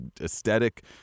aesthetic